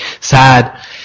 sad